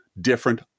different